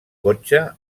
cotxe